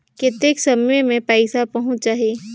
कतेक समय मे पइसा पहुंच जाही?